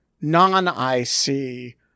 non-IC